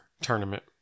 tournament